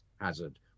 Hazard